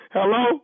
Hello